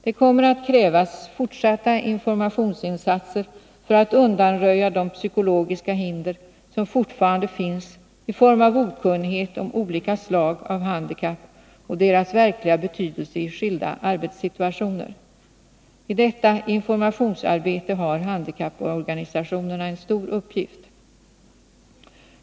Det kommer att krävas fortsatta informationsinsatser för att undanröja de psykologiska hinder som fortfarande finns i form av okunnighet om olika slag av handikapp och deras verkliga betydelse i skilda arbetssituationer. I detta informationsarbete har handikapporganisationerna en stor uppgift.